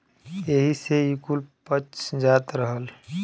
एही से ई कुल पच जात रहल